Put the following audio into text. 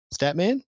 Statman